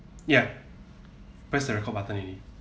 ya press the record button already